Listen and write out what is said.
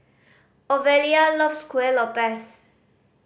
Ofelia loves Kueh Lopes